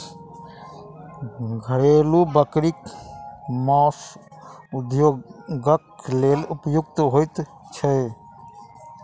घरेलू बकरी मौस उद्योगक लेल उपयुक्त होइत छै